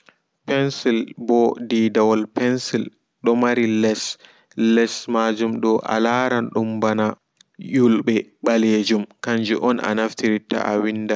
Pencil ɓo deedawol pencil domari less less maajumdo alaran dum ɓana yulɓe ɓalejum kanjum on anaftirta awinda.